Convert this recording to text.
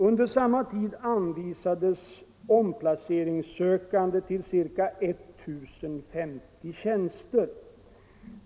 Under samma tid anvisades omplaceringssökande till ca 1 050 tjänster.